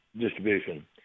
distribution